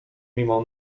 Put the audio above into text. mimo